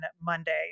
monday